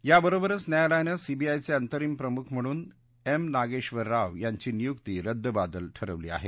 याबरोबरच न्यायालयानं सीबीआयचे अंतरिम प्रमुख म्हणून एम नागेक्षर राव यांची नियुक्ती रद्दबातल ठरवली आहे